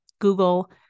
Google